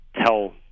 tell